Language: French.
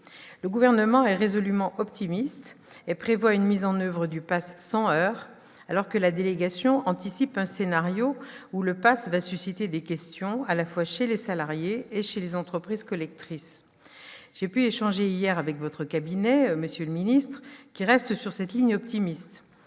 le Gouvernement est résolument optimiste et prévoit une mise en oeuvre du PAS sans heurts, alors que la délégation anticipe un scénario dans lequel le PAS va susciter des questions, à la fois chez les salariés et chez les entreprises collectrices. J'ai pu échanger hier avec votre cabinet, monsieur le ministre ; il reste sur cette ligne optimiste.